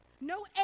No